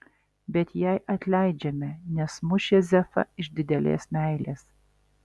bet jai atleidžiame nes mušė zefą iš didelės meilės